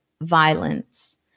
violence